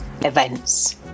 events